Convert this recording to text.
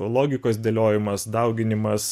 logikos dėliojimas dauginimas